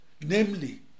namely